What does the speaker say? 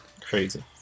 crazy